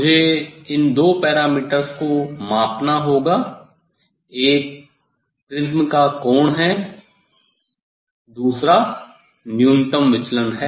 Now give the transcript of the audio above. मुझे दो पैरामीटर्स को मापना होगा एक प्रिज्म का कोण है दूसरा न्यूनतम विचलन है